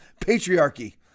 patriarchy